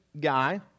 guy